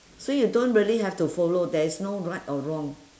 so you don't really have to follow there's no right or wrong